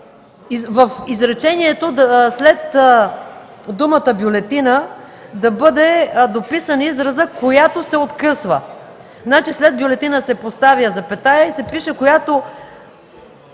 в изречението след думата „бюлетина” да бъде дописан изразът „която се откъсва”. След „бюлетина” се поставя запетая и се пише „която